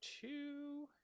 two